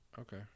Okay